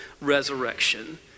resurrection